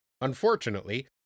Unfortunately